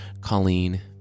Colleen